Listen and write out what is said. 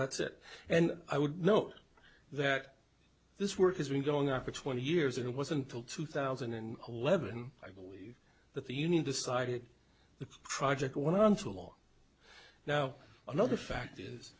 that's it and i would know that this work has been going up in twenty years and it wasn't till two thousand and eleven i believe that the union decided the project went on too long now another fact is